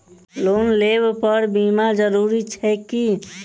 Loan लेबऽ पर बीमा जरूरी छैक की?